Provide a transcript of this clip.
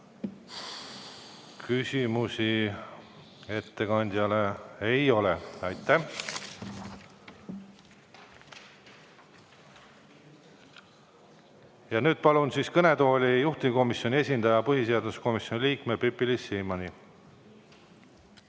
Küsimusi ettekandjale ei ole. Aitäh! Ja nüüd palun kõnetooli juhtivkomisjoni esindaja, põhiseaduskomisjoni liikme Pipi-Liis Siemanni.